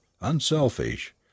UNSELFISH